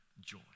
joy